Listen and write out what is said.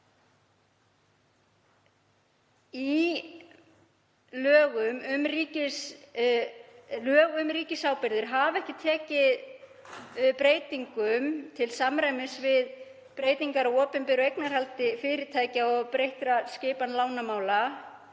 Lög um ríkisábyrgðir hafa ekki tekið breytingum til samræmis við breytingar á opinberu eignarhaldi fyrirtækja og breytta skipan lánamála